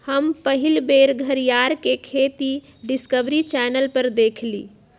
हम पहिल बेर घरीयार के खेती डिस्कवरी चैनल पर देखली